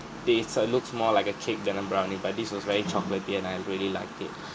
tastes uh looks more like a cake than a brownie but this was very chocolate and I really liked it